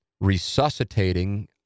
resuscitating